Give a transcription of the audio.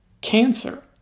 cancer